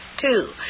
Two